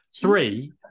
Three